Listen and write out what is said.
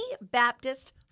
Baptist